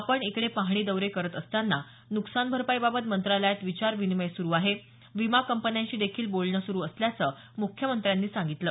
आपण इकडे पाहणी दौरे करत असताना नुकसान भरपाईबाबत मंत्रालयात विचार विनिमय सुरू आहे विमा कंपन्यांशी देखील बोलणं सुरू असल्याचं मुख्यमंत्र्यांनी सांगितलं